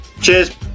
Cheers